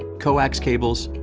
coax cables,